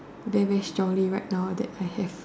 very very strongly right now that I have